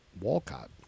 Walcott